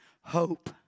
hope